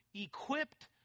equipped